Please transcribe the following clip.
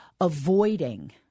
avoiding